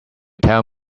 tell